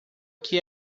que